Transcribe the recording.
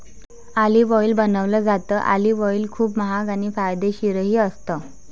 olive ऑईलही बनवलं जातं, ऑलिव्ह ऑईल खूप महाग आणि फायदेशीरही असतं